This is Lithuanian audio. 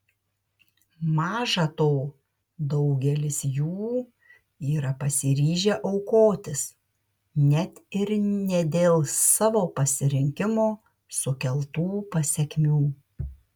maža to daugelis jų yra pasiryžę aukotis net ir ne dėl savo pasirinkimo sukeltų pasekmių